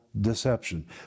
deception